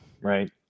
right